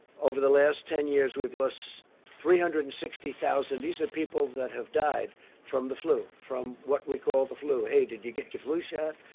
over the last ten years we've lost three hundred and sixty thousand. these are people that have died from the flu, from what we call the flu. hey, did you get your flu shot?